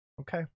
Okay